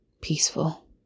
Peaceful